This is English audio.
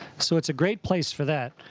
so it's a great place for that,